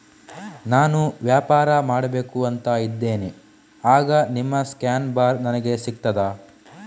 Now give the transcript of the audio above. ನಾನು ವ್ಯಾಪಾರ ಮಾಡಬೇಕು ಅಂತ ಇದ್ದೇನೆ, ಆಗ ನಿಮ್ಮ ಸ್ಕ್ಯಾನ್ ಬಾರ್ ನನಗೆ ಸಿಗ್ತದಾ?